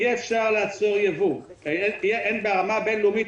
אי אפשר לעצור ייבוא ברמה הבין-לאומית.